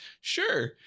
sure